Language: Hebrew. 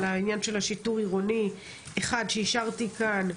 על העניין של השיטור עירוני שאישרתי כאן,